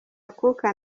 akuka